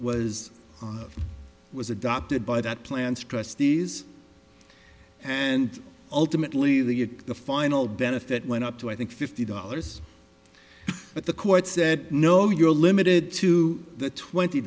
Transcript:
was was adopted by that plan's trustees and ultimately the the final benefit went up to i think fifty dollars but the court said no you're limited to the twenty